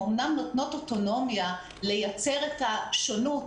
הן אמנם נותנות אוטונומיה לייצר את השונוּת